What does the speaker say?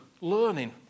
Learning